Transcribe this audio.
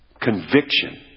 conviction